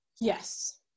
yes